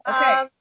okay